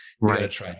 Right